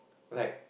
like